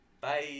Bye